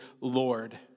Lord